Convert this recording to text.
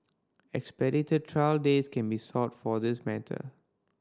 expedited trial dates can be sought for this matter